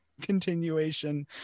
continuation